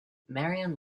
marion